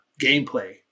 gameplay